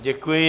Děkuji.